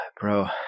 bro